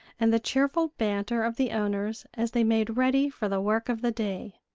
and the cheerful banter of the owners as they made ready for the work of the day.